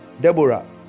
Deborah